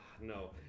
No